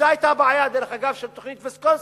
זו היתה הבעיה, דרך אגב, של תוכנית ויסקונסין.